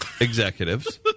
executives